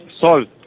Salt